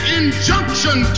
injunction